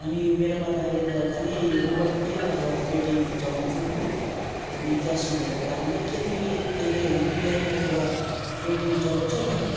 अनि मेरोमा त अहिले त खालि गुगल पे अथवा पेटिएम चलाउँछु म अनि क्यास नभएको कारणले के तिमी अहिले युपिआई अथवा पेटिएम चलाउँछौ भाइ